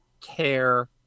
care